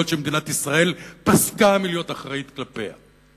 שמדינת ישראל פסקה מלהיות אחראית כלפיהן,